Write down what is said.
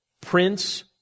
Prince